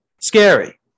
scary